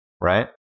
right